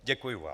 Děkuju vám.